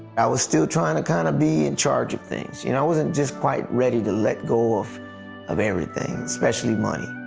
i was still trying to kind of be in charge of things. you know i wasn't ready to let go of of everything, especially money,